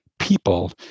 people